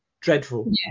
dreadful